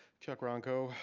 chuck ronco.